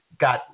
got